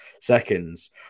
seconds